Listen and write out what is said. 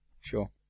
Sure